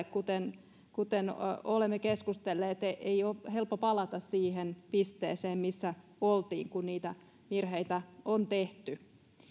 kuten kuten olemme keskustelleet niin eihän se helppo jälkikäteen ole palata siihen pisteeseen missä oltiin kun niitä virheitä on tehty